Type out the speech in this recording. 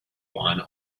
one